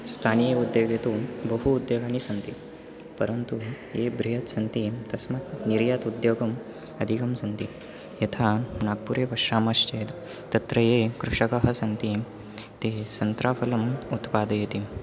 स्थानीय उद्योगे तु बहवः उद्योगाः सन्ति परन्तु ये बृहत् सन्ति तस्मात् निर्यातात् उद्योगाः अधिकाः सन्ति यथा नाग्पुरे पश्यामश्चेत् तत्र ये कृषकाः सन्ति ते सन्त्राफलम् उत्पादयन्ति